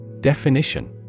Definition